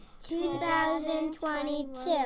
2022